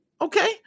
okay